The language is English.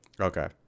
Okay